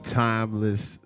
timeless